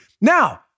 Now